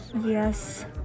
Yes